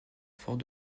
fort